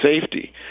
safety